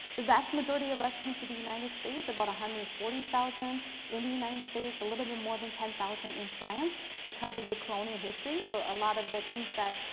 the vast majority of us came to the united states about one hundred and forty thousand in the united states a little bit more than ten thousand in france because of the colonial history. so a lot of the things that